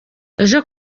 ejo